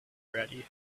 ready